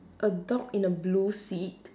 a dog in a blue seat